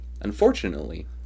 Unfortunately